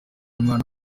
umwana